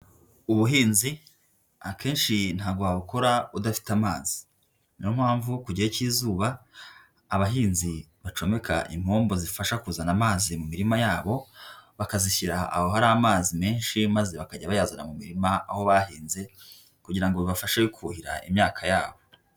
Ubuhinzi akenshi ntabwo wabukora udafite amazi, niyo mpamvu ku gihe cy'izuba abahinzi bacomeka impombo zifasha kuzana amazi mu mirima yabo bakazishyira, aho hari amazi menshi maze bakajya bayazana mu mirima aho bahinze kugira ngo bibafashe kuhira imyaka yabo.